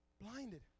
blinded